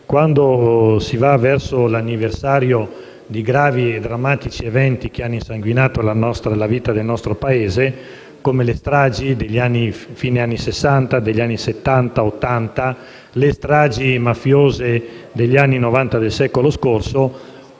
quando si va verso l'anniversario di gravi e drammatici eventi che hanno insanguinato la vita del nostro Paese, come le stragi della fine degli anni Sessanta, degli anni Settanta e Ottanta e le stragi mafiose degli anni Novanta del secolo scorso,